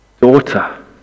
Daughter